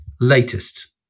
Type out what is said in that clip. latest